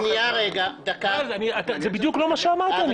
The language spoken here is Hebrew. זה לא מה שאמרתי.